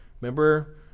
Remember